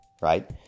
Right